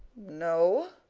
no.